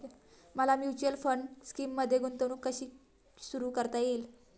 मला mutual fund स्कीममध्ये गुंतवणूक कशी सुरू करता येईल?